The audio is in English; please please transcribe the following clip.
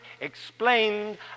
explained